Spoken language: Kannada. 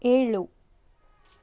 ಏಳು